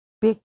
big